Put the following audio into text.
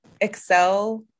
excel